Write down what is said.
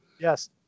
Yes